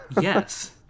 Yes